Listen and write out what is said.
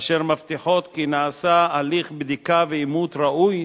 אשר מבטיחות כי נעשה הליך בדיקה ואימות ראוי